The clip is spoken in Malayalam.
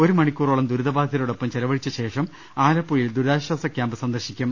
ഒരു മണിക്കൂറോളം ദുരിതബാധിതരോടൊപ്പം ചെല വഴിച്ച ശേഷം ആലപ്പുഴയിൽ ദുരിതാശ്വാസ ക്യാമ്പ് സന്ദർശിക്കും